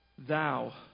Thou